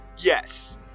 Yes